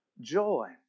joy